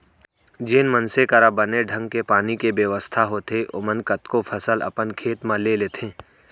जेन मनसे करा बने ढंग के पानी के बेवस्था होथे ओमन कतको फसल अपन खेत म ले लेथें